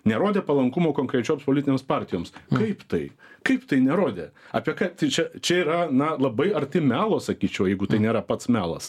nerodė palankumo konkrečioms politinėms partijoms kaip tai kaip tai nerodė apie ką tai čia čia yra na labai arti melo sakyčiau jeigu tai nėra pats melas